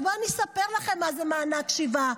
אז בואו, אני אספר לכם מה זה מענק שיבה.